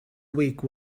week